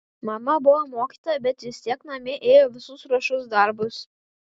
mama buvo mokytoja bet vis tiek namie ėjo visus ruošos darbus